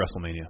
WrestleMania